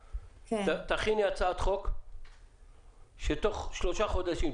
תכיני הצעת חוק שתוך שלושה חודשים,